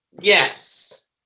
yes